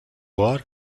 are